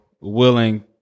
willing